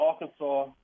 Arkansas –